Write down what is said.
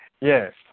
Yes